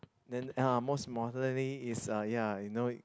then uh most importantly is uh ya you know